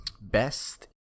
Best